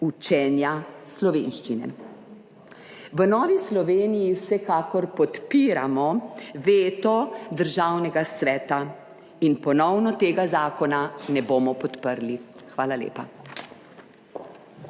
učenja slovenščine. V Novi Sloveniji vsekakor podpiramo veto Državnega sveta in ponovno tega zakona ne bomo podprli. Hvala lepa.